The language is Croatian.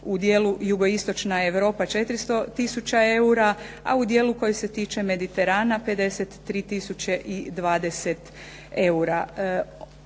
u dijelu jugoistočna Europa 400 tisuća eura, a u dijelu koji se tiče Mediterana 53 tisuće